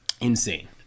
Insane